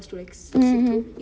mm